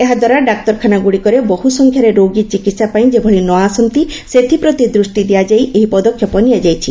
ଏହାଦ୍ୱାରା ଡାକ୍ତରଖାନା ଗୁଡ଼ିକରେ ବହୁ ସଂଖ୍ୟାରେ ରୋଗୀ ଚିକିତ୍ସା ପାଇଁ ଯେଭଳି ନ ଆସନ୍ତି ସେଥିପ୍ରତି ଦୃଷ୍ଟି ଦିଆଯାଇ ଏହି ପଦକ୍ଷେପ ନିଆଯାଇଛି